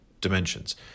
dimensions